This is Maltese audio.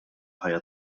ħajja